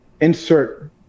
insert